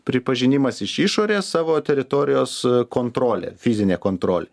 pripažinimas iš išorės savo teritorijos kontrolė fizinė kontrolė